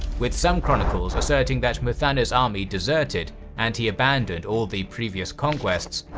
with some chronicles asserting that muthanna's army deserted and he abandoned all the previous conquests,